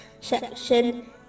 section